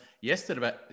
yesterday